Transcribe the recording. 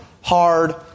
hard